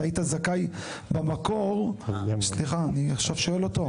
אתה היית זכאי במקור, סליחה, אני עכשיו שואל אותו.